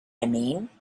mean